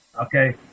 Okay